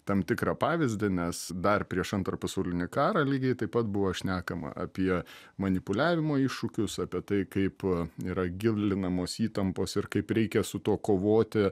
tam tikrą pavyzdį nes dar prieš antrą pasaulinį karą lygiai taip pat buvo šnekama apie manipuliavimo iššūkius apie tai kaip yra gilinamos įtampos ir kaip reikia su tuo kovoti